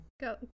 Go